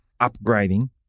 upgrading